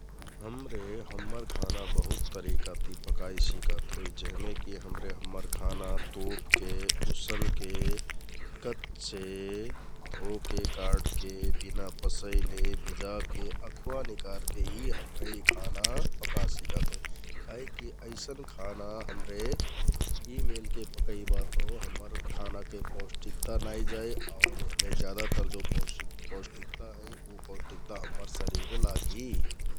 हमरे हम्मर खाना बहुत तरिकाति पकाइ सिकत होइ । जेहमेकि हम्मर खाना तोपके, उसनके, कच्चे, धोके काटके, बिना पसैले, भिजाके अँखुवा निकारके हमरे यि खाना पका सिकत होइ । काहिककि अइसन खाना हमरे यि मेलके पकैबा तौ हम्मर खानाके पौष्टिकता नाइ जाइ आउर यहमे ज्यादातर पौष्टिकता हैं उ पौष्टिकता हम्मर शरिरमे लागि ।